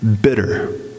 bitter